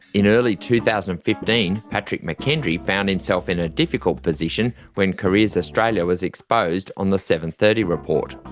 in early two thousand and fifteen patrick mckendry found himself in a difficult position when careers australia was exposed on the seven thirty report.